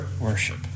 worship